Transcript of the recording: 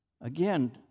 Again